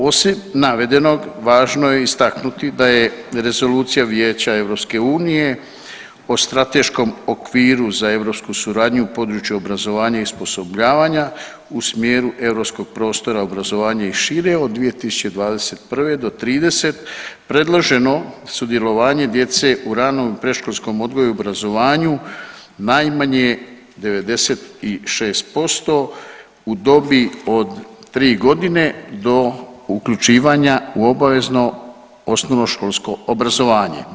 Osim navedenog, važno je istaknuti da je Rezolucija Vijeća EU o Strateškom okviru za europsku suradnju u području obrazovanja i osposobljavanja u smjeru europskog prostora obrazovanja i šire od 2021. do 30 predloženo sudjelovanje djece u ranom i predškolskom odgoju i obrazovanju najmanje 96% u dobi od 3.g. do uključivanja u obavezno osnovnoškolsko obrazovanje.